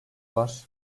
var